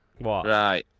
Right